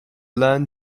learn